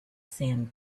sand